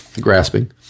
Grasping